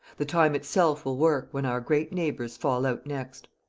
the time itself will work, when our great neighbours fall out next.